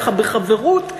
ככה בחברות,